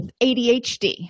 ADHD